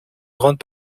grande